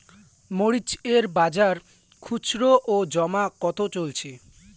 মরিচ এর বাজার খুচরো ও জমা কত চলছে?